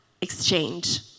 exchange